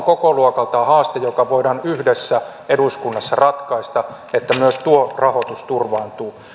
kokoluokaltaan haaste joka voidaan yhdessä eduskunnassa ratkaista niin että myös tuo rahoitus turvaantuu